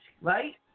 right